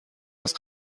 است